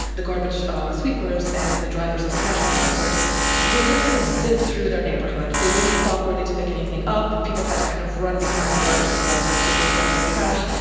the garbage sweepers and the drivers of trash compressors would just kind of zip through their neighborhood, they wouldn't stop really to pick anything up. people had to kind of run behind the garbage compressor to go dump their trash.